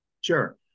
Sure